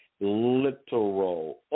literal